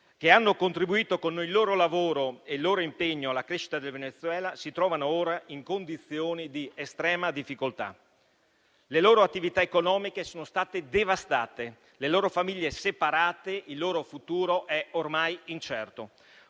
che hanno contribuito con il loro lavoro e il loro impegno alla crescita del Venezuela, si trovano ora in condizioni di estrema difficoltà. Le loro attività economiche sono state devastate, le loro famiglie separate e il loro futuro ormai incerto.